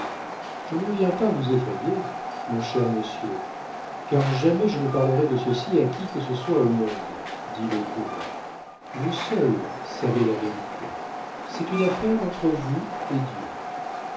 je ne viens pas vous effrayer mon cher monsieur car jamais je ne parlerai de ceci à qui que ce soit au monde dit le curé vous seul savez la vérité c'est une affaire entre vous et dieu